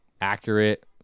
accurate